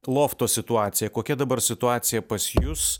lofto situacija kokia dabar situacija pas jus